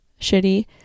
shitty